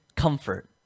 comfort